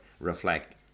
reflect